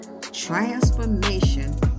transformation